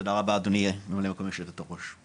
תודה רבה אדוני, ממלא מקום יושבת הראש.